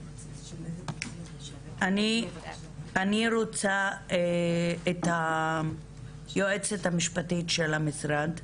אני מבקש לשמוע את היועצת המשפטית של המשרד.